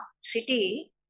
city